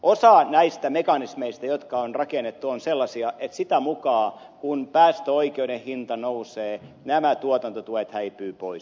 osa näistä mekanismeista jotka on rakennettu ovat sellaisia että sitä mukaa kuin päästöoikeuden hinta nousee nämä tuotantotuet häipyvät pois